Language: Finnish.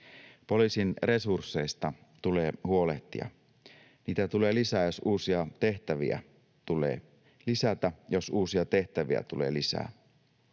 Poliisin resursseista tulee huolehtia. Niitä tulee lisätä, jos uusia tehtäviä tulee lisää.